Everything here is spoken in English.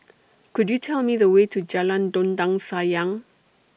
Could YOU Tell Me The Way to Jalan Dondang Sayang